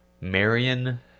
Marion